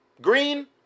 Green